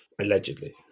Allegedly